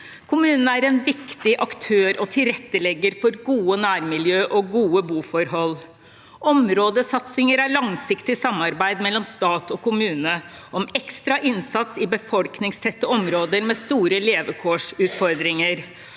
Kommunene er en viktig aktør og tilrettelegger for gode nærmiljø og gode boforhold. Områdesatsinger er langsiktige samarbeid mellom stat og kommune om ekstra innsats i befolkningstette områder med store levekårsutfordringer.